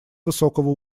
высокого